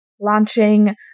launching